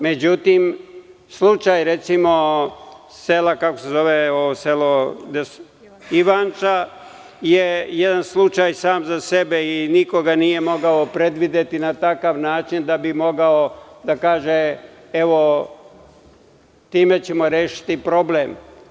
Međutim, slučaj, recimo, sela Ivanča je jedan slučaj sam za sebe i niko ga nije mogao predvideti na takav način da bi mogao da kaže – evo, time ćemo rešiti problem.